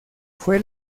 fue